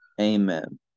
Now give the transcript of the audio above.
Amen